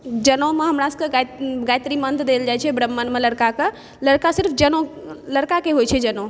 जनेउमे हमरा सभकेँ गायत्री मन्त्र देल जाइ छै ब्राम्हणमे लड़काके लड़का सिर्फ जनेउ लड़काके सिर्फ होइ छै जनेउ